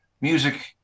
music